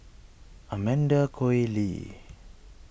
Amanda Koe Lee